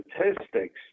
statistics